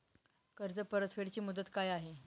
कर्ज परतफेड ची मुदत काय आहे?